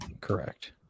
Correct